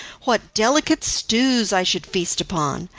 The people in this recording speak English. what delicate stews i should feast upon!